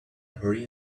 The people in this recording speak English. hurry